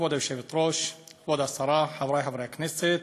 כבוד היושבת-ראש, כבוד השרה, חברי חברי הכנסת,